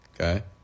Okay